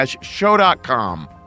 show.com